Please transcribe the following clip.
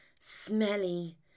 smelly